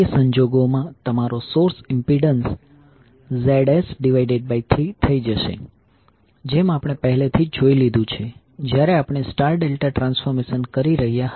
તે સંજોગોમાં તમારો સોર્સ ઇમ્પિડન્સ ZS3 થઈ જશે જેમ આપણે પહેલેથી જોઈ લીધું છે જ્યારે આપણે સ્ટાર ડેલ્ટા ટ્રાન્સફોર્મેશન કરી રહ્યા હતા